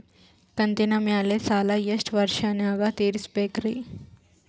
ಕಂತಿನ ಮ್ಯಾಲ ಸಾಲಾ ಎಷ್ಟ ವರ್ಷ ನ್ಯಾಗ ತೀರಸ ಬೇಕ್ರಿ?